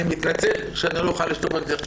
אני מתנצל שלא אוכל להשתתף בהמשך הדיון,